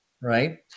right